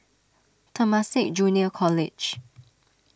Temasek Junior College